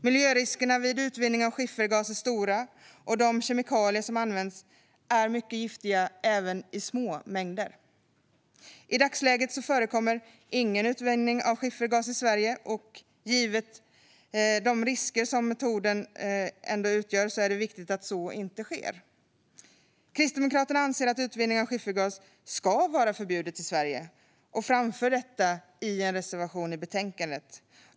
Miljöriskerna vid utvinning av skiffergas är stora, och de kemikalier som används är mycket giftiga även i små mängder. I dagsläget förekommer ingen utvinning av skiffergas i Sverige, och givet riskerna med metoden är det viktigt att så inte sker. Kristdemokraterna anser att utvinning av skiffergas ska vara förbjudet i Sverige och framför detta i en reservation i betänkandet.